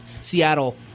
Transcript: Seattle